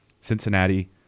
Cincinnati